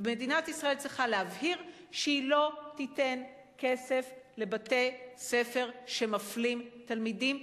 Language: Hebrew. ומדינת ישראל צריכה להבהיר שהיא לא תיתן כסף לבתי-ספר שמפלים תלמידים,